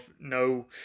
no